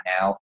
Now